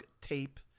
tape